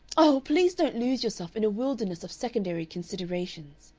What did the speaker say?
oh! please don't lose yourself in a wilderness of secondary considerations,